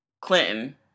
Clinton